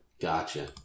Gotcha